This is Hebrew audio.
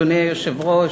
אדוני היושב-ראש,